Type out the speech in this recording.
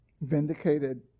vindicated